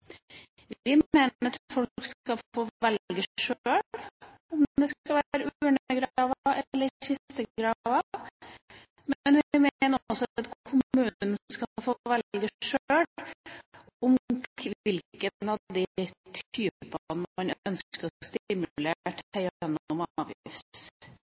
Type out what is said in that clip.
Vi mener at folk skal få velge sjøl om det skal være urnegraver eller kistegraver, men vi mener også at kommunen skal få velge sjøl hvilken av de